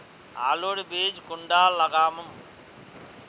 आलूर बीज कुंडा लगाम?